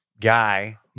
guy